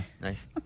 Nice